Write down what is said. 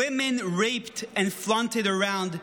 women raped and flaunted around,